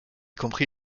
compris